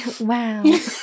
Wow